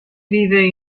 vive